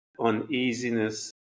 uneasiness